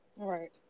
Right